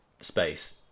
space